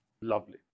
Lovely